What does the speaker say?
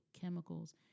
chemicals